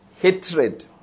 Hatred